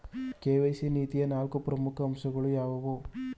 KYC ನೀತಿಯ ನಾಲ್ಕು ಪ್ರಮುಖ ಅಂಶಗಳು ಯಾವುವು?